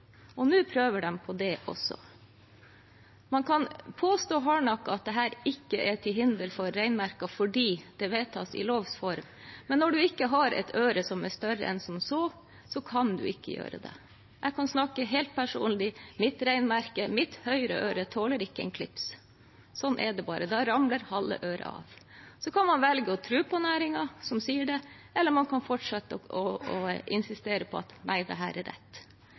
reinmerkene. Nå prøver de på det også. Man kan påstå hardnakket at dette ikke er til hinder for reinmerker, fordi det vedtas i lovs form. Men når man ikke har et øre som er større enn som så, kan en ikke gjøre det. Jeg kan snakke helt personlig: Mitt reinmerke, mitt høyre øre, tåler ikke en klips – sånn er det bare, da ramler halve øret av. Så kan man velge å tro på næringen som sier det, eller man kan fortsette å insistere på at dette er rett.